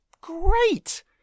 great